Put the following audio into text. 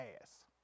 ass